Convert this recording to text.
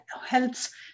helps